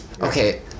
Okay